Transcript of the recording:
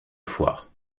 foire